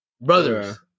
Brothers